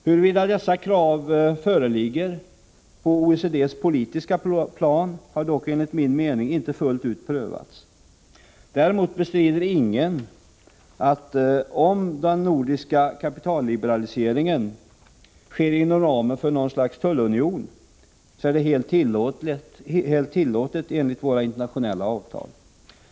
Huruvida dessa krav föreligger på OECD:s politiska plan har dock enligt min mening inte fullt ut prövats. Däremot bestrider ingen att om den nordiska kapitalliberaliseringen sker inom ramen för något slags tullunion, så är det helt tillåtet enligt våra internationella avtal.